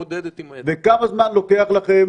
וכמה זמן לוקח לכם